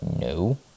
no